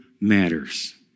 matters